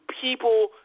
people